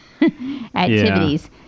activities